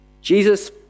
Jesus